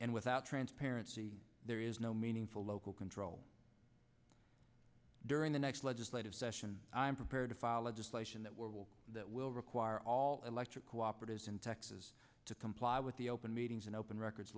and without transparency there is no meaningful local control during the next legislative session i am prepared to file legislation that will that will require all electric cooperatives in texas to comply with the open meetings and open records